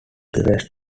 rest